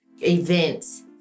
events